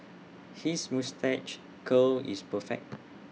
his moustache curl is perfect